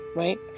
right